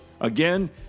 Again